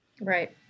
Right